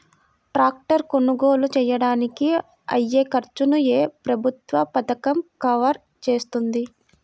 Tractor కొనుగోలు చేయడానికి అయ్యే ఖర్చును ఏ ప్రభుత్వ పథకం కవర్ చేస్తుంది?